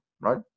right